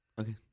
Okay